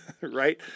right